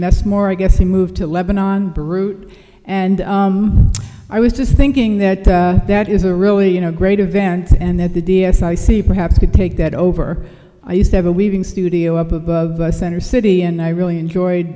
ess more i guess he moved to lebanon brut and i was just thinking that that is a really you know great event and that the d s i see perhaps could take that over i used to have a weaving studio up above center city and i really enjoyed